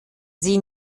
sie